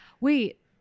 Wait